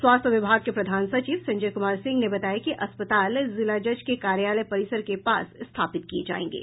स्वास्थ्य विभाग के प्रधान सचिव संजय कुमार सिंह ने बताया कि अस्पताल जिला जज के कार्यालय परिसर के पास स्थापित किये जायेंगे